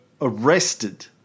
arrested